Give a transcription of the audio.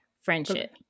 friendship